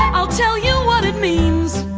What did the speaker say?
i'll tell you what it means